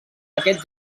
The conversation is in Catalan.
aquest